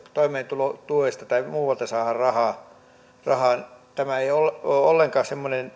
toimeentulotuesta tai muualta saadaan rahaa tämä ei ole ollenkaan semmoinen